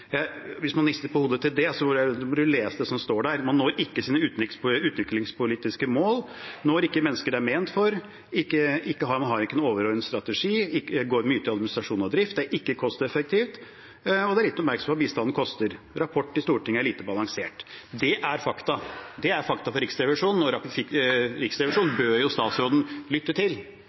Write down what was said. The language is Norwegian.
på hodet av det, bør man lese det som står der: Man når ikke sine utviklingspolitiske mål, man når ikke mennesker det er ment for, man har ingen overordnet strategi, mye går til administrasjon og drift, det er ikke kosteffektivt, det er lite oppmerksomhet om hva bistanden koster, og rapporter til Stortinget er lite balansert. Det er fakta fra Riksrevisjonen, og Riksrevisjonen bør jo statsråden lytte til.